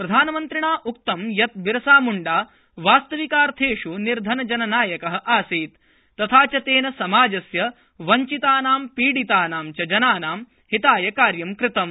प्रधानमन्त्रिणा उक्तं यत् बिरसाम्ण्डा वास्तविकार्थेष् निर्धनजननायकः आसीत् तथा च तेन समाजस्य वञ्चितानां पीडितानां च जनानां हिताय कार्य कृतम्